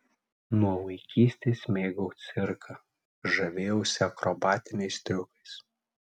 nuo vaikystės mėgau cirką žavėjausi akrobatiniais triukais